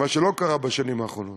מה שלא קרה בשנים האחרונות.